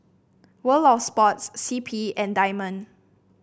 World Of Sports C P and Diamond